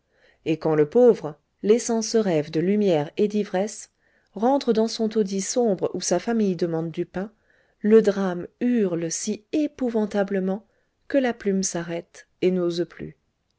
et quand le pauvre laissant ce rêve de lumière et d'ivresse rentre dans son taudis sombre où sa famille demande du pain le drame hurle si épouvantablement que la plume s'arrête et n'ose plus